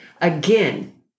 again